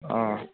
ও